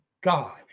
God